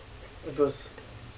because